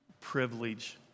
privilege